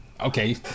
Okay